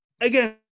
Again